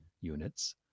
units